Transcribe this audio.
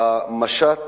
המשט